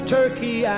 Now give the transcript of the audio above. turkey